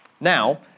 Now